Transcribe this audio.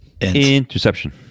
Interception